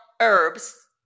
herbs